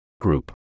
Group